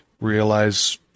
realize